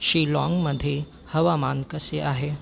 शीलाँगमध्ये हवामान कसे आहे